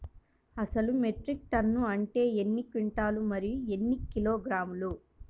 అసలు metric ton అంటే ఎన్ని క్వింటాలు మరియు ఎన్ని కిలోగ్రాములు?